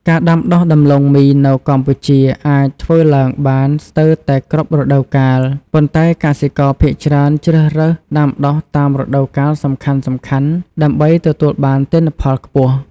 ការដាំដុះដំឡូងមីនៅកម្ពុជាអាចធ្វើឡើងបានស្ទើរតែគ្រប់រដូវកាល ប៉ុន្តែកសិករភាគច្រើនជ្រើសរើសដាំដុះតាមរដូវកាលសំខាន់ៗដើម្បីទទួលបានទិន្នផលខ្ពស់។